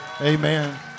Amen